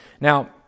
Now